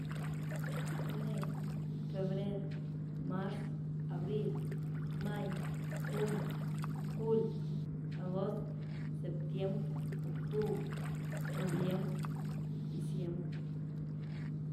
Ener, febrer, márz, abril, máy, juny, july, agost, septiembr, octubr, noviembr, diciembr